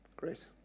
Great